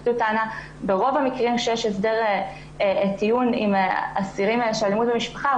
ברוב המקרים שיש הסדר טיעון עם אסירים באלימות במשפחה,